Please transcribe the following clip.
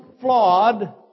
flawed